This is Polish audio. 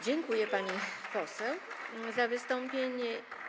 Dziękuję, pani poseł, za wystąpienie.